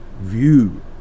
view